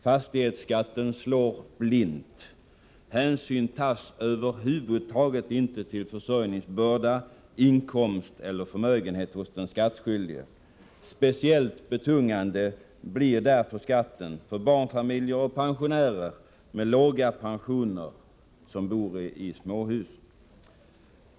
Fastighetsskatten slår blint, hänsyn tas över huvud taget inte till den skattskyldiges försörjningsbörda, inkomst eller förmögenhet. Speciellt betungande blir därför skatten för barnfamiljer och för pensionärer som har låg pension och som bor i småhus.